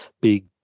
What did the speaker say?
big